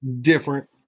different